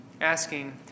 asking